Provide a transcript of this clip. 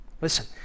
Listen